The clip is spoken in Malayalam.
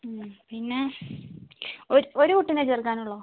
പിന്നെ ഒരു കുട്ടീനെയേ ചേർക്കാനുള്ളുവോ